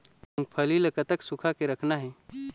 मूंगफली ला कतक सूखा के रखना हे?